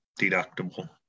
deductible